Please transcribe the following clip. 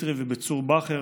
באיתרי ובצור באהר,